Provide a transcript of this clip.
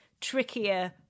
trickier